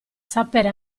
sapere